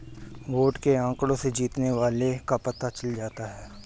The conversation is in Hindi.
वोट के आंकड़ों से जीतने वाले का पता चल जाता है